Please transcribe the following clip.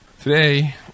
Today